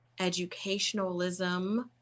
educationalism